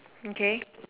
okay